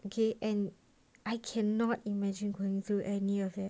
okay and I cannot imagine going through any of it